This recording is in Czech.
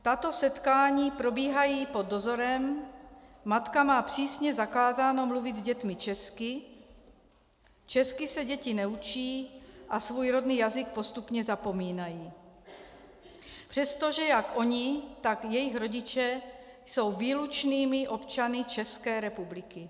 Tato setkání probíhají pod dozorem, matka má přísně zakázáno mluvit s dětmi česky, česky se děti neučí a svůj rodný jazyk postupně zapomínají, přestože jak ony, tak jejich rodiče jsou výlučnými občany České republiky.